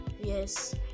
Yes